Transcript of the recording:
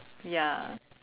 ya